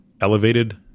elevated